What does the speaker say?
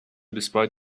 despite